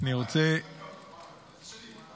--- חוק שלי.